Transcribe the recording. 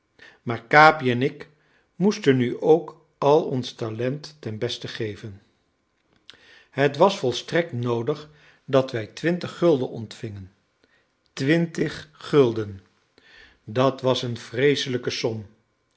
maar capi en ik moesten nu ook al ons talent ten beste geven het was volstrekt noodig dat wij twintig gulden ontvingen twintig gulden dat was een vreeselijke som